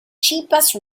cheapest